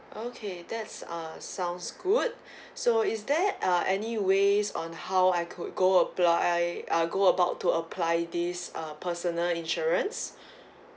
okay that's uh sounds good so is there uh any ways on how I could go apply uh go about to apply this uh personal insurance